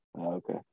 Okay